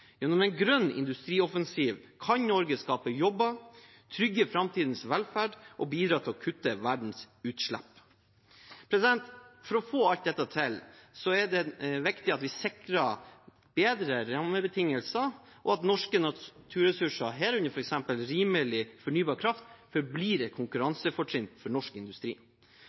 Gjennom en grønn industrioffensiv kan Norge skape jobber, trygge framtidens velferd og bidra til å kutte verdens utslipp. For å få alt dette til er det viktig at vi sikrer bedre rammebetingelser, og at norske naturressurser, herunder f.eks. rimelig fornybar kraft, forblir et konkurransefortrinn for norsk industri.